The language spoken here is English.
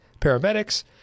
paramedics